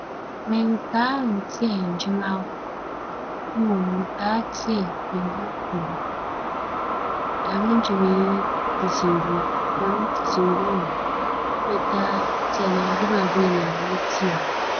Ndwom ahorow pii na ͻwͻ hͻ ntsi memmpɛ dɛ daa mebetsie kortsee. ͻwͻ dɛ mohwehwɛ mu na muhu ahorow a ͻwͻ mu na metsietsie ne nyinara. Ihu dɛ sɛ etsietsie ndzɛmba pii a, obue w'adwen mu wͻ mbrɛ ihu biribi fa. Dɛm ntsi mepɛ ndwom ahorow ne nyinara ne tsie kyen dɛ ibetsie kortsee ͻba no dɛm a, ͻbͻfon.